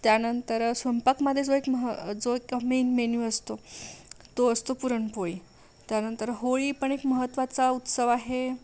त्यानंतर स्वयंपाकमध्ये जो एक मह मेन मेन्यू असतो तो असतो पुरणपोळी त्यानंतर होळी पण एक महत्त्वाचा उत्सव आहे